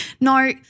No